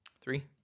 Three